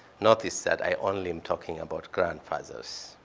notice that i only am talking about grandfathers,